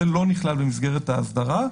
זה לא נכלל במסגרת האסדרה,